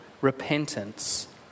repentance